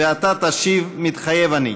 ואתה תשיב: מתחייב אני.